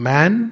Man